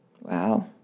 Wow